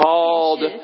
Called